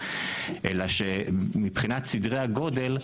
אלא שמבחינת סדרי הגודל,